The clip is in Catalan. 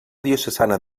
diocesana